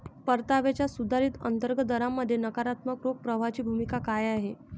परताव्याच्या सुधारित अंतर्गत दरामध्ये नकारात्मक रोख प्रवाहाची भूमिका काय आहे?